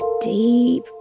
deep